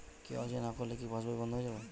KYC না করলে কি পাশবই বন্ধ হয়ে যাবে?